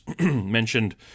mentioned